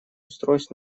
устройств